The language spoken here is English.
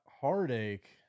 heartache